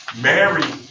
Mary